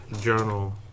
journal